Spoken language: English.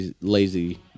lazy